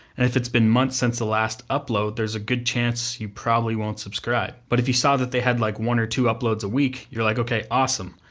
and if it's been months since the last upload, there's a good chance you probably won't subscribe, but if you saw that they had, like one or two uploads a week, you're like, okay awesome,